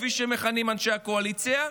כפי שמכנים אנשי הקואליציה,